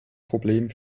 problem